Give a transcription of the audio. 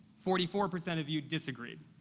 forty four percent of you disagreed.